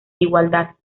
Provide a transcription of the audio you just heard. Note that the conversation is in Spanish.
igualdad